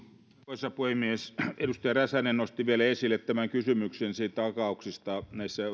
arvoisa puhemies edustaja räsänen nosti vielä esille tämän kysymyksen takauksista